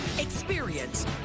experience